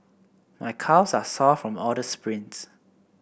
my calves are sore from all the sprints